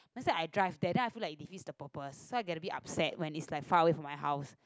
let's say I drive there then I feel like it defeats the purpose so I get a bit upset when it's like far away from my house